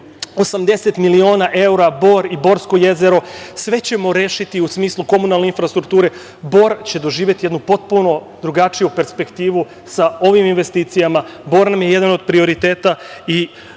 80 miliona evra Bor i Borsko jezero, sve ćemo rešiti u smislu komunalne infrastrukture. Bor će doživeti jednu potpuno drugačiju perspektivu sa ovim investicijama. Bor nam je jedan od prioriteta i